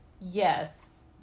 Yes